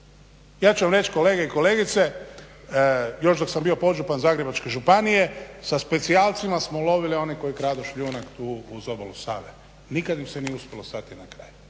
Ja ću vam reći kolege i kolegice još dok sam bio podžupan Zagrebačke županije sa specijalcima smo lovili one koji kradu šljunak tu uz obalu Save. Nikad im se nije uspjelo stati na kraj.